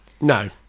No